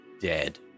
dead